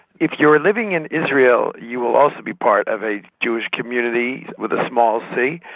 if you're living in israel you will also be part of a jewish community with a small c.